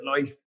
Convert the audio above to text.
life